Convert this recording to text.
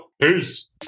peace